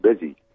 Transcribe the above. busy